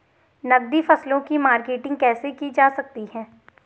नकदी फसलों की मार्केटिंग कैसे की जा सकती है?